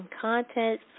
content